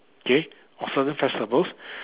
okay or certain festivals